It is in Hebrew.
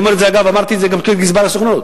אגב, אמרתי את זה גם כגזבר הסוכנות.